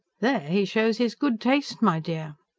there he shows his good taste, my dear.